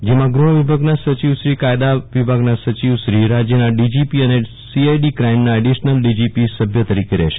જેમાં ગહવિભાગના સ ચિવશ્રી કાયદા વિભાગના સચિવશ્રી રાજયના ડી જી પી અને સીઆઈડી કાઈમના એડીશનલ બીજીપી સભ્ય તરીકે રહેશે